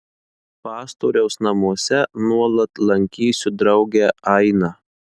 pastoriaus namuose nuolat lankysiu draugę ainą